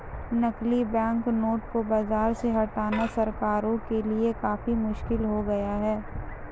नकली बैंकनोट को बाज़ार से हटाना सरकारों के लिए काफी मुश्किल हो गया है